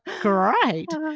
great